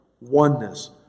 oneness